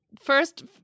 first